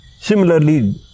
Similarly